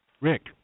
Rick